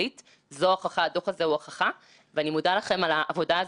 הזה "מביא למעורבות פוליטית שוטפת בפיקוח,